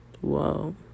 whoa